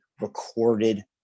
recorded